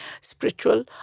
spiritual